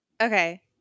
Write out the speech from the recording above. Okay